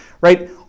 right